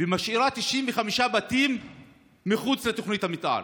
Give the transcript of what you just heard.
ומשאירה 95 בתים מחוץ לתוכנית המתאר,